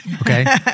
okay